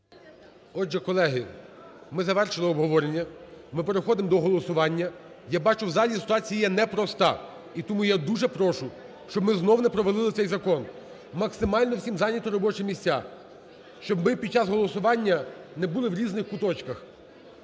Отже, колеги, ми завершили обговорення, ми переходимо до голосування. Я бачу, в залі ситуація є непроста, і тому я дуже прошу, щоб ми знову не провалили цей закон. Максимально всім зайняти робочі місця, щоб ми під час голосування не були в різних куточках.